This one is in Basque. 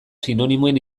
sinonimoen